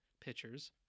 pitchers